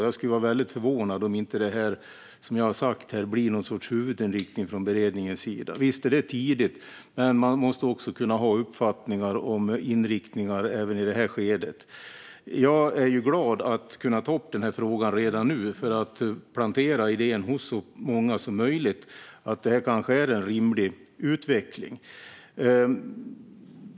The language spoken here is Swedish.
Jag skulle bli väldigt förvånad om inte det som jag har sagt här blir någon sorts huvudinriktning från beredningens sida. Visst är det tidigt, men man måste också kunna ha uppfattningar om inriktningar även i detta skede. Jag är glad över att kunna ta upp denna fråga redan nu för att plantera idén hos så många som möjligt om att detta kanske är en rimlig utveckling.